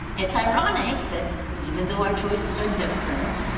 it's ironic that even though our choices are different,